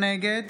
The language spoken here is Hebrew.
נגד